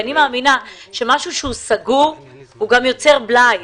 אני מאמינה שמשהו שהוא סגור יוצר בלאי.